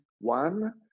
one